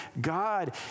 God